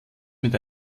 mit